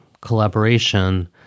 collaboration